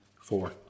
Four